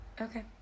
Okay